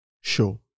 show